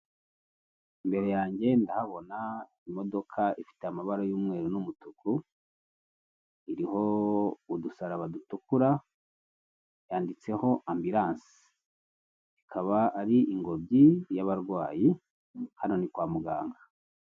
Imbere yanjye ndahabona imodoka ifite amabara y'umweru n'umutuku iriho udusaraba dutukura yanditseho ambilanse, ikaba ari ingobyi y'abarwayi hano ni kwa muganga.